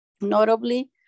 Notably